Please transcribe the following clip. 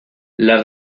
las